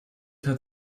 hat